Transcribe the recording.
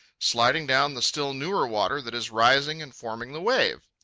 sliding down the still newer water that is rising and forming the wave.